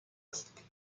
است